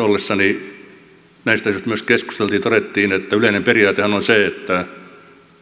ollessani näistä asioista myös keskusteltiin ja todettiin että yleinen periaatehan on se että